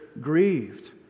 grieved